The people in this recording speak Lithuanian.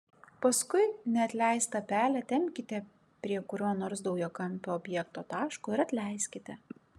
paskui neatleistą pelę tempkite prie kurio nors daugiakampio objekto taško ir atleiskite